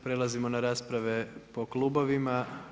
Prelazimo na rasprave po klubovima.